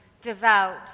devout